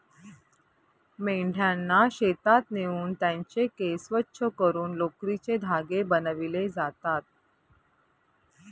मेंढ्यांना शेतात नेऊन त्यांचे केस स्वच्छ करून लोकरीचे धागे बनविले जातात